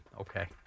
Okay